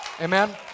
Amen